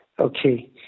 Okay